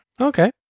Okay